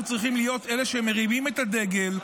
אנחנו צריכים להיות אלה שמרימים את הדגל,